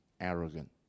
arrogant